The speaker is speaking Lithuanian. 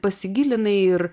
pasigilinai ir